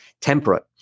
temperate